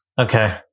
Okay